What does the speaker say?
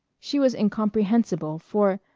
she was incomprehensible, for,